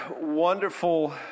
wonderful